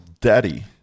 Daddy